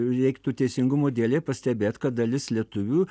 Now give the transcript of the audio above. reiktų teisingumo dėlei pastebėt kad dalis lietuvių